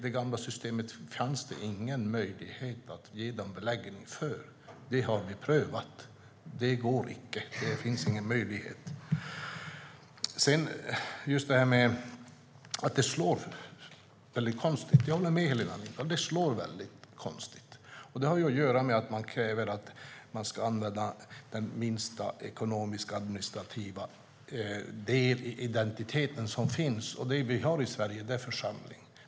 Det gamla systemet fanns det ingen möjlighet att ge de beläggen för. Det har vi prövat. Det går icke. Det finns ingen möjlighet. Jag håller med Helena Lindahl om att det slår konstigt. Det slår väldigt konstigt. Det har att göra med att EU kräver att man ska använda den minsta administrativa del som finns, och det vi har i Sverige är församlingen.